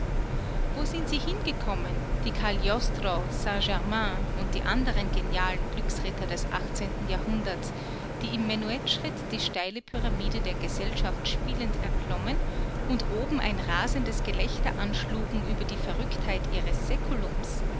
wo sind sie hingekommen die cagliostro saint-germain und die andern genialen glücksritter des jahrhunderts die im menuettschritt die steile pyramide der gesellschaft spielend erklommen und oben ein rasendes gelächter anschlugen über die verrücktheit ihres säkulums